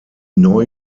neu